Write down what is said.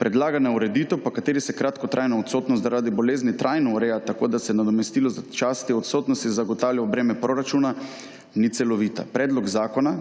Predlagana ureditev po kateri se kratkotrajno odsotnost zaradi bolezni trajno ureja tako, da se nadomestilo za čas te odsotnosti zagotavlja v breme proračuna, ni celovita. Predlog zakona